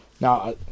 now